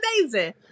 amazing